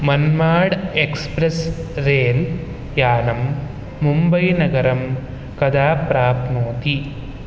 Manmad express rail यानम् मुम्बई नगरं कदा प्राप्नोति